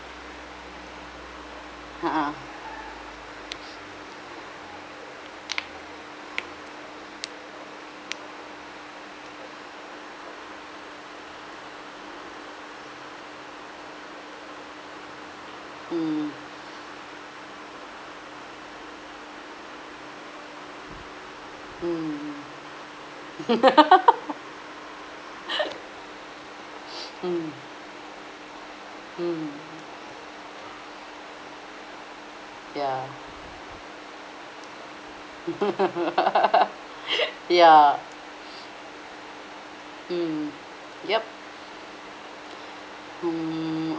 a'ah mm mm mm mm ya ya mm yup mm